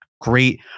great